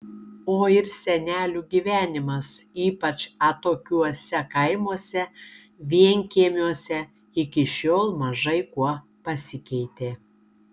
o ir senelių gyvenimas ypač atokiuose kaimuose vienkiemiuose iki šiol mažai kuo pasikeitė